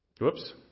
Whoops